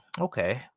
okay